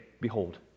Behold